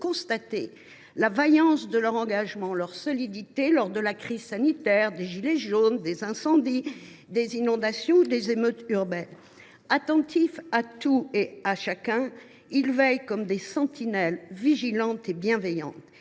constater la vaillance de leur engagement et leur solidité lors de la crise sanitaire, de la crise des « gilets jaunes », des incendies, des inondations ou des émeutes urbaines. Attentifs à tout et à chacun, ils veillent comme des sentinelles vigilantes et bienveillantes.